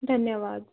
धन्यवाद